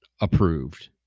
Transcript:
approved